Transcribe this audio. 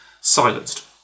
silenced